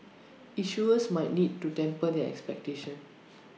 issuers might need to temper their expectations